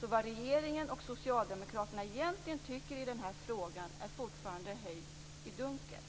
Så vad regeringen och socialdemokraterna egentligen tycker i den här frågan är fortfarande höljt i dunkel,